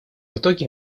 итоге